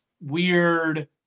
weird